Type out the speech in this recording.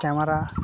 camera